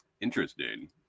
Interesting